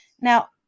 now